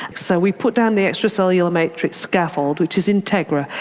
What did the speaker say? so we put down the extracellular matrix scaffold, which is integra,